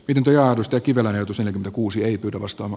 pidin ajatusta kivelän etu sillä kuusi ei pidä vastaava